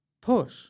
Push